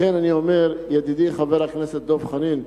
לכן אני אומר, ידידי חבר הכנסת דב חנין,